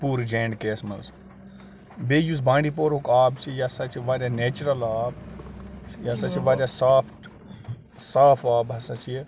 پوٗرٕ J and K یَس منٛز بیٚیہِ یُس بانڈی پورہُک آب چھِ یہِ ہَسا چھِ واریاہ نیچرَل آب یہِ ہَسا چھِ واریاہ صافٹ صاف آب ہَسا چھِ یہِ